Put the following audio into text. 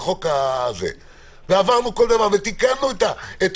החוק ועברנו על הכול ותיקנו את החוק.